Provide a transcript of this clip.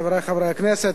חברי חברי הכנסת,